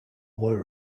were